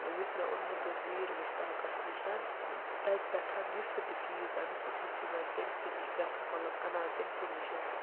یُس مےٚ اوٚنمُت اوس میٖر مُشتاقَس نِش تَتہِ پٮ۪ٹھ یُس تہِ بہٕ چیٖز اَنہٕ سُہ چھَس بہٕ وۄنۍ تٔمۍسٕے نِش پرٛفَر مَطلَب اَنان تٔمۍسٕے نِش